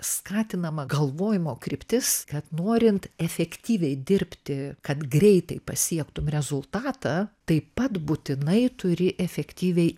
skatinama galvojimo kryptis kad norint efektyviai dirbti kad greitai pasiektum rezultatą taip pat būtinai turi efektyviai